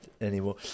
anymore